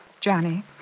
Johnny